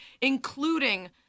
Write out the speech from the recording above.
including